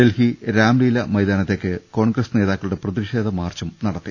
ഡൽഹി രാംലീല് മൈതാനത്തേക്കാണ് കോൺഗ്രസ് നേതാക്കളുടെ പ്രതിഷേധ മാർച്ചും നടത്തി